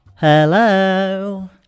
hello